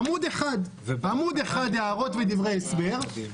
עמוד אחד הערות ודברי הסבר,